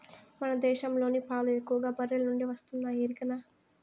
మన దేశంలోని పాలు ఎక్కువగా బర్రెల నుండే వస్తున్నాయి ఎరికనా